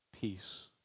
peace